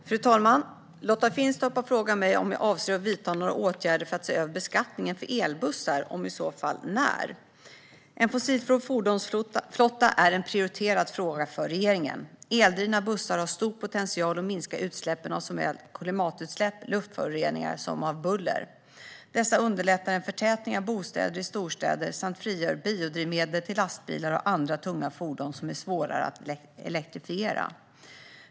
Fru talman! Lotta Finstorp har frågat mig om jag avser att vidta några åtgärder för att se över beskattningen för elbussar, och i så fall när. En fossilfri fordonsflotta är en prioriterad fråga för regeringen. Eldrivna bussar har stor potential att minska såväl klimatutsläpp och utsläpp av luftföroreningar som buller. De underlättar en förtätning av bostäder i storstäder samt frigör biodrivmedel till lastbilar och andra tunga fordon som är svårare att elektrifiera.